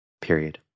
Period